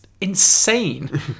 insane